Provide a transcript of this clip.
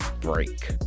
break